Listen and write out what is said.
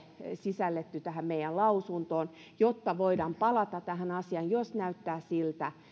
sisällytetty tähän meidän lausuntoomme jotta voidaan palata tähän asiaan jos näyttää siltä